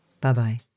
Bye-bye